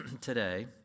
today